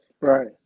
right